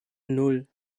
nan